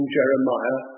Jeremiah